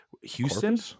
Houston